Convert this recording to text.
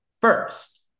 first